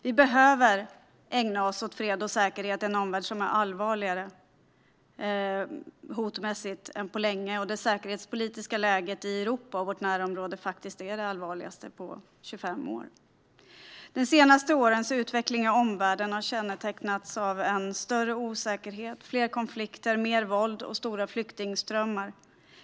Vi behöver ägna oss åt fred och säkerhet i en omvärld där hoten är allvarligare än på länge, och där det säkerhetspolitiska läget i Europa och i vårt närområde faktiskt är det allvarligaste på 25 år. De senaste årens utveckling i omvärlden har kännetecknats av en större osäkerhet, fler konflikter, mer våld och stora flyktingströmmar.